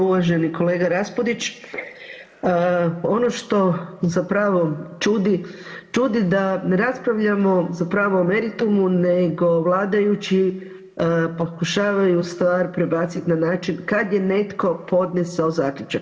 Uvaženi kolega Raspudić, ono što zapravo čudi, čudi da ne raspravljamo zapravo o meritumu nego vladajući pokušavaju stvar prebaciti na način kad je netko podnesao zaključak.